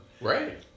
Right